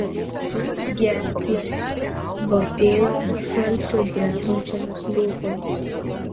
tik gerklę vapėjau nuo šalčio drebančiomis lūpomis